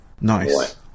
Nice